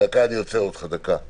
התשל"ג 1973,